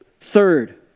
Third